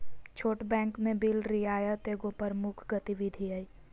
छोट बैंक में बिल रियायत एगो प्रमुख गतिविधि हइ